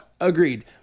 Agreed